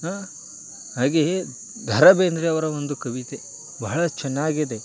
ಹಾಗೆಯೇ ದ ರಾ ಬೇಂದ್ರೆಯವರ ಒಂದು ಕವಿತೆ ಬಹಳ ಚೆನ್ನಾಗಿದೆ